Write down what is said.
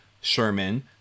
Sherman